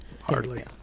Hardly